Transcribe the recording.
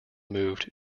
moved